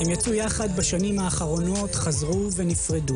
הסרטונים האלה תמיד בסוף מכניסים אותנו גם לדחיפות שאני חשה מתחילת